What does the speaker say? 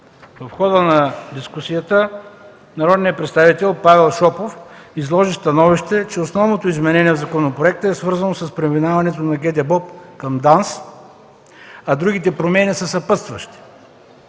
В хода на дискусията народният представител Павел Шопов изложи становище, че основното изменение в законопроекта е свързано с преминаването на ГДБОП към ДАНС, а другите промени са съпътстващи.